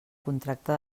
contracte